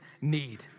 need